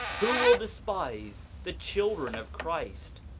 who will despise the children of christ?